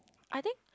I think